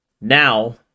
now